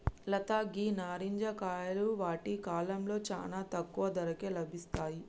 లత గీ నారింజ కాయలు వాటి కాలంలో చానా తక్కువ ధరకే లభిస్తాయి